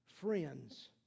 friends